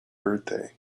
birthday